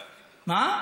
מה?